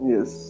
Yes